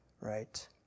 Right